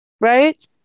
right